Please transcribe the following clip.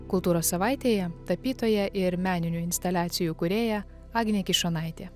kultūros savaitėje tapytoja ir meninių instaliacijų kūrėja agnė kišonaitė